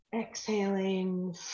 exhaling